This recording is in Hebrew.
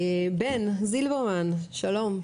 בן זילברמן, שלום.